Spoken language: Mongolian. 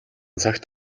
цагт